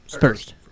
first